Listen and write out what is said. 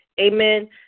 Amen